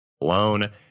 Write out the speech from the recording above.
alone